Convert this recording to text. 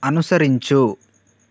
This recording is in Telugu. అనుసరించు